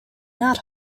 not